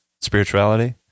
spirituality